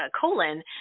colon